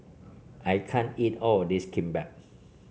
I can't eat all of this Kimbap